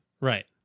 Right